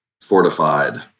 Fortified